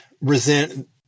resent